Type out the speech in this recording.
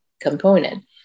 component